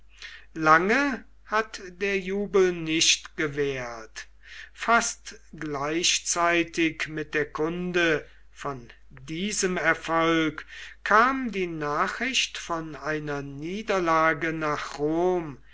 lange hat der jubel nicht gewährt fast gleichzeitig mit der kunde von diesem erfolg kam die nachricht von einer niederlage nach rom